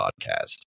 Podcast